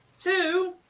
Two